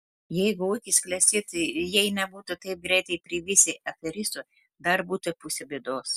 jeigu ūkis klestėtų ir jei nebūtų taip greitai privisę aferistų dar būtų pusė bėdos